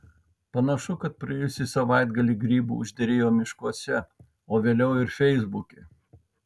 panašu kad praėjusį savaitgalį grybų užderėjo miškuose o vėliau ir feisbuke